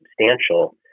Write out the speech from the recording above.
substantial